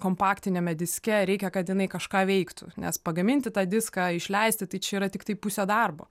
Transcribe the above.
kompaktiniame diske reikia kad jinai kažką veiktų nes pagaminti tą diską išleisti tai čia yra tiktai pusė darbo